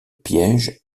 piège